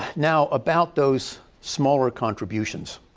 now about those smaller contributions.